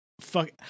fuck